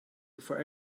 before